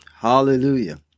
Hallelujah